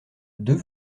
deux